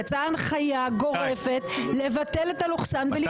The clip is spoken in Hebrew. יצאה הנחיה גורפת לבטל את הלוכסן ולפנות לגברים בלבד.